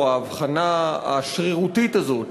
או ההבחנה השרירותית הזאת,